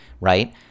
right